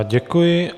Děkuji.